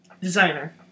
Designer